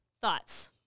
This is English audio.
thoughts